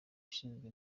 ushinzwe